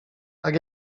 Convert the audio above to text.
tak